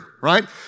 Right